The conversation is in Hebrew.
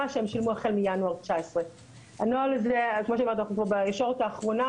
שהם שילמו החל מינואר 19. אנחנו כבר בישורת האחרונה,